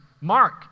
Mark